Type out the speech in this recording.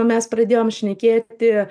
mes pradėjom šnekėti